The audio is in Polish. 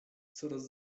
coraz